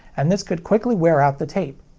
and this could quickly wear out the tape.